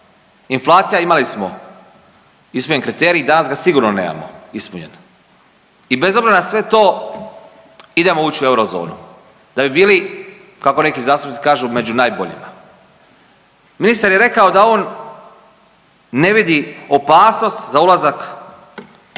Inflacija imali smo ispunjen kriterij, danas ga sigurno nemamo ispunjen. I bez obzira na sve to idemo ući u eurozonu da bi bili kako neki zastupnici kažu među najboljima. Ministar je rekao da on ne vidi opasnost za ulazak